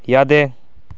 ꯌꯥꯗꯦ